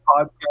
podcast